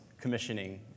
commissioning